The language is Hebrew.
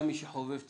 גם מי שחובב צילום,